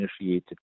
initiated